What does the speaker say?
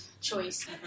choice